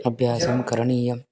अभ्यासः करणीयः